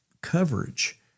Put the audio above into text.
coverage